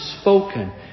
spoken